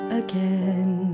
again